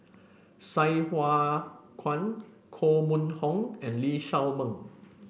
Sai Hua Kuan Koh Mun Hong and Lee Shao Meng